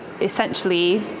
essentially